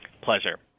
Pleasure